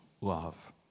love